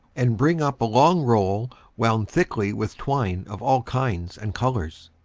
and bring up a long roll wound thickly with twine of all kinds and colors.